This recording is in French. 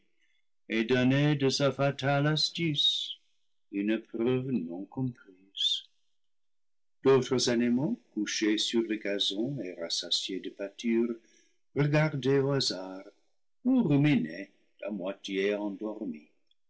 de sa fatale astuce une preuve non comprise d'autres animaux couchés sur le gazon et rassasiés de pâture regardaient au hasard ou ruminaient à moitié endormis